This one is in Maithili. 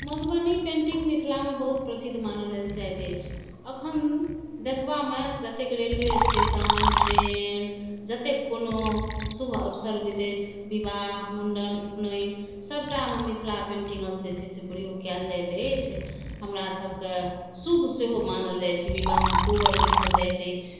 मधुबनी पेन्टिङ्ग मिथिलामे बहुत प्रसिद्ध मानल जाइत अछि अखन देखबामे जतेक रेलवे स्टेशन ट्रेन जतेक कओनो शुभ अवसर होइत अछि विवाह मुण्डन उपनैन सभटामे मिथिला पेटिङ्ग जे छै से प्रयोग कयल जाइत अछि हमरा सभकेँ शुभ सेहो मानल जाइत छै विवाहमे कोहबर लिखल जाइत अछि